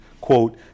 quote